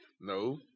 No